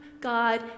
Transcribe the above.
God